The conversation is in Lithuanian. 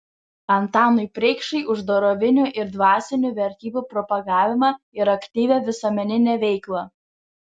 antanui preikšai už dorovinių ir dvasinių vertybių propagavimą ir aktyvią visuomeninę veiklą